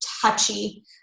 touchy